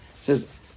says